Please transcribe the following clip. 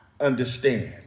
understand